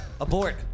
Abort